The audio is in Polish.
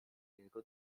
jego